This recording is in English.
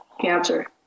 cancer